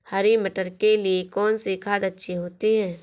हरी मटर के लिए कौन सी खाद अच्छी होती है?